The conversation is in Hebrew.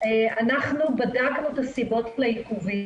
אנחנו בדקנו את הסיבות לעיכובים.